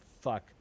fuck